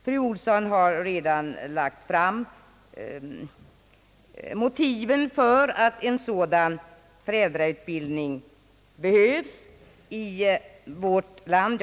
Fru Olsson har redan framfört motiven för en sådan föräldrautbildning i vårt land.